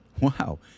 Wow